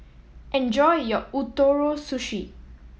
enjoy your Ootoro Sushi